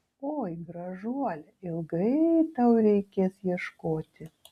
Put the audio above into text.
oi gražuole ilgai tau reikės ieškoti